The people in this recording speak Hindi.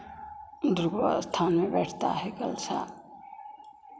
दुर्गा स्थान में बैठता है कलशा